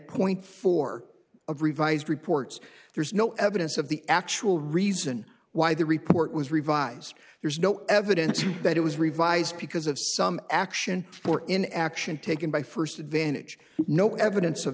point for a revised reports there's no evidence of the actual reason why the report was revised there's no evidence that it was revised because of some action or in action taken by first advantage no evidence of